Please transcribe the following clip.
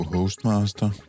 Hostmaster